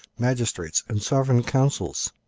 magistrates, and sovereign councils,